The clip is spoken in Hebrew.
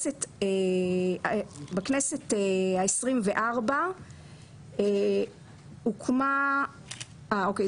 בכנסת ה- 24 הוקמה אוקיי,